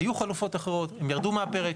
היו חלופות אחרות, הן ירדו מהפרק.